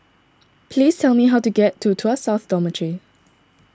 please tell me how to get to Tuas South Dormitory